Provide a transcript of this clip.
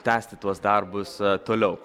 tęsti tuos darbus toliau